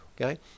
okay